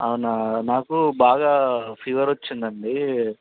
అవునా నాకు బాగా ఫీవర్ వచ్చిందండి